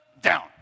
Down